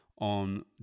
on